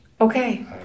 Okay